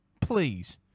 Please